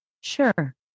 Sure